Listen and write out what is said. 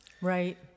right